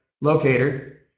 locator